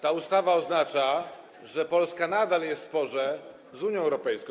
Ta ustawa oznacza, że Polska nadal jest w sporze z Unią Europejską.